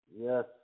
Yes